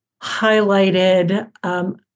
highlighted